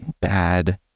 bad